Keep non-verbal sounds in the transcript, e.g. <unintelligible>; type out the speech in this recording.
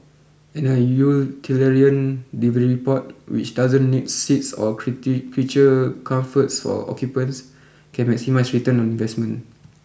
and a utilitarian delivery pod which doesn't need seats or <unintelligible> creature comforts for occupants can maximise return on investment